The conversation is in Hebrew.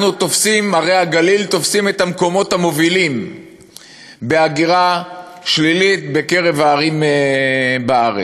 ערי הגליל תופסות את המקומות המובילים בהגירה שלילית בקרב הערים בארץ,